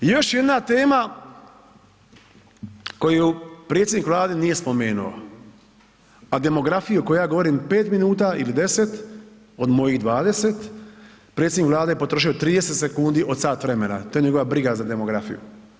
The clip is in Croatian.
Još jedna tema koju predsjednik Vlade nije spomenuo a demografiju koju ja govorim 5 minuta ili 10 od mojih 20, predsjednik Vlade je potrošio 30 sekundi od sat vremena, to je njegova briga za demografiju.